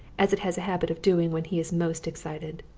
as it has a habit of doing when he is most excited.